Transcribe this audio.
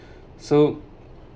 so